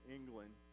England